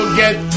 get